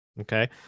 Okay